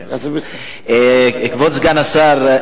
כבוד סגן השר,